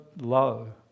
low